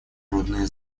трудные